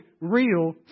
real